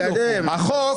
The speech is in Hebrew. רק שיירשם לפרוטוקול,